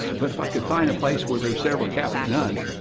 but if i could find a place, where there are several catholic nuns,